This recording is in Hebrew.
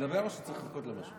אני יכול לדבר או שצריך לחכות למשהו?